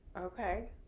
Okay